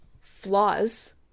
flaws